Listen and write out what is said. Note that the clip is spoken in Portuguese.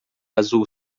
azul